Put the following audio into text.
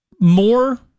more